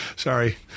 Sorry